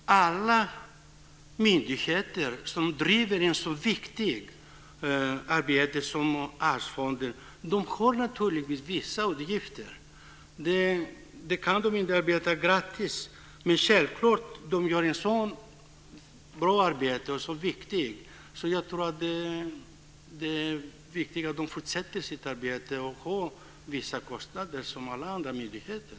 Fru talman! Alla myndigheter som utför ett så viktigt arbete som Arvsfonden har naturligtvis vissa utgifter. Den kan inte arbeta gratis. Den gör ett bra och viktigt arbete, och det är viktigt att den fortsätter sitt arbete. Den har vissa kostnader som alla andra myndigheter.